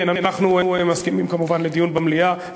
כן, אנחנו מסכימים כמובן לדיון במליאה.